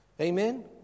Amen